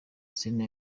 sena